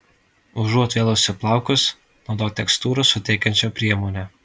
užuot vėlusi plaukus naudok tekstūros suteikiančią priemonę